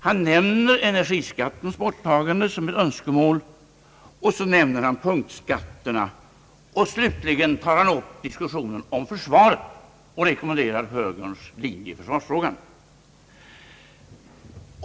Han nämner energiskattens borttagande som ett önskemål, och så nämner han punktskatterna. Slutligen tar han upp diskussionen om försvaret och rekommenderar högerns linje i försvarsfrågan.